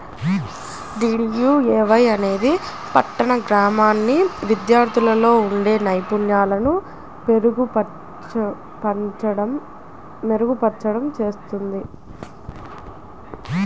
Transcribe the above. DDUAY అనేది పట్టణ, గ్రామీణ విద్యార్థుల్లో ఉండే నైపుణ్యాలను మెరుగుపర్చడం చేత్తది